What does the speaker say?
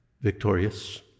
victorious